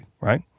right